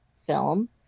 film